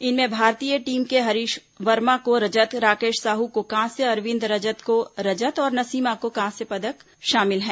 इनमें भारतीय टीम के हरीश वर्मा को रजत राकेश साहू को कांस्य अरविंद रजत को रजत और नसीमा को कांस्य पदक शामिल हैं